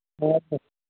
ஆ